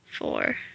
Four